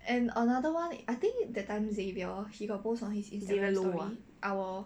and another one I think that time xavier he got post on Instagram our